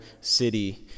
city